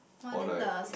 or like